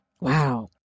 Wow